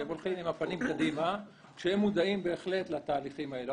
שהם הולכים עם הפנים קדימה כשהם מודעים בהחלט לתהליכים האלו.